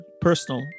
personal